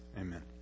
Amen